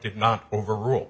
did not overrule